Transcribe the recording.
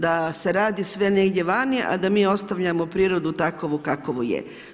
Da se radi sve negdje vani, a da mi ostavljamo prirodu takovu kakva je.